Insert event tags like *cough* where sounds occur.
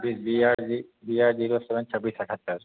जी B R G B R G *unintelligible* seven छब्बीस अठहत्तर